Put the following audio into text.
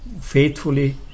faithfully